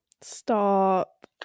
Stop